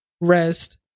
Rest